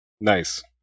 nice